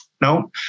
No